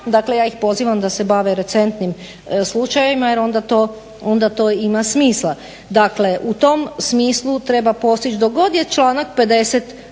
Dakle, ja ih pozivam da se bave recentnim slučajevima jer onda to ima smisla. Dakle, u tom smislu treba postići dok god je članak 50.